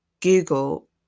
Google